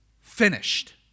finished